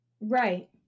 Right